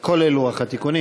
כולל לוח התיקונים.